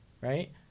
right